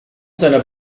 seiner